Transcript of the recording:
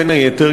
בין היתר,